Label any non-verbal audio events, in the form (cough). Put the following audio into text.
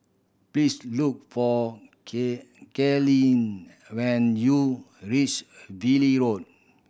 please look for (unintelligible) Katlyn when you reach Valley Road